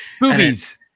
Movies